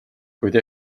kuid